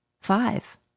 five